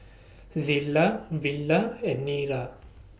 Zillah Villa and Nira